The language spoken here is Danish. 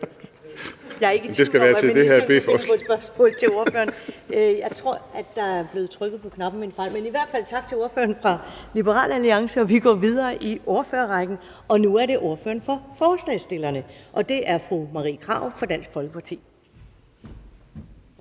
Jeg er ikke i tvivl om, at ministeren kan finde på et spørgsmål til ordføreren. Jeg tror, at der er blevet trykket på knappen ved en fejl. Men i hvert fald tak til ordføreren for Liberal Alliance. Vi går videre i ordførerrækken, og nu er det ordføreren for forslagsstillerne. Det er fru Marie Krarup fra Dansk Folkeparti.